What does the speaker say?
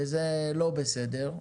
וזה לא בסדר,